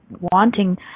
wanting